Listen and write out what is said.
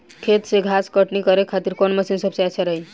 खेत से घास कटनी करे खातिर कौन मशीन सबसे अच्छा रही?